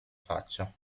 faccia